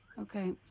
Okay